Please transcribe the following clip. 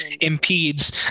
impedes